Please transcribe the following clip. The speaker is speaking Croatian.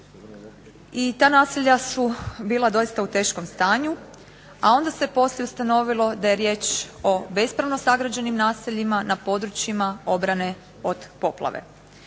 i ta naselja su bila doista u teškom stanju, a onda se poslije ustanovilo da je riječ o bespravno sagrađenim naseljima na područjima obrane od poplave.